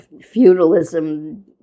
feudalism